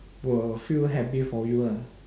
will feel happy for you lah